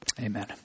Amen